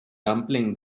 dumplings